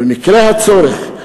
במקרה הצורך,